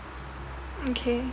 okay